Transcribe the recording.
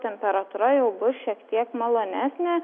temperatūra jau bus šiek tiek malonesnė